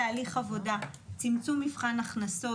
בתהליך עבודה, צמצום מבחן הכנסות.